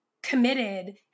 committed